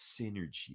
synergy